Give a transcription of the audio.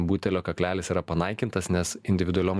butelio kaklelis yra panaikintas nes individualiom